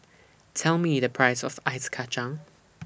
Tell Me The Price of Ice Kacang